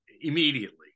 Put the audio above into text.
immediately